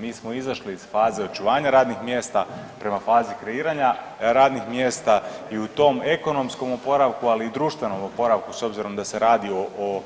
Mi smo izašli iz faze očuvanja radnih mjesta prema fazi kreiranja radnih mjesta i u tom ekonomskom oporavku, ali i društvenom oporavku s obzirom da se radi o